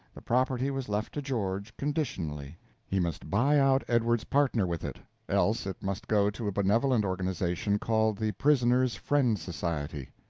the property was left to george conditionally he must buy out edward's partner with it else it must go to a benevolent organization called the prisoner's friend society.